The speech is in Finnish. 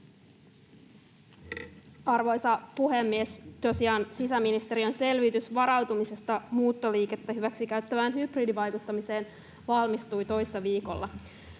Arvoisa puhemies! Tosiaan sisäministeriön selvitys varautumisesta muuttoliikettä hyväksikäyttävään hybridivaikuttamiseen valmistui toissa viikolla.